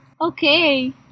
okay